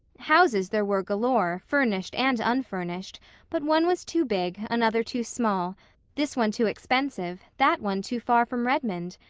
houses there were galore, furnished and unfurnished but one was too big, another too small this one too expensive, that one too far from redmond.